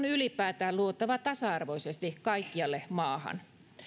ylipäätään luotava tasa arvoisesti kaikkialle maahan